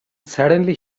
suddenly